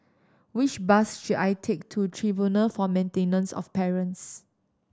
which bus should I take to Tribunal for Maintenance of Parents